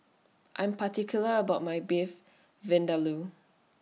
I'm particular about My Beef Vindaloo